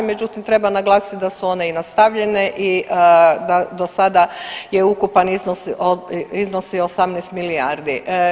Međutim, treba naglasiti da su one i nastavljene i da dosada je ukupan iznos iznosi 18 milijardi.